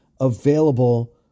Available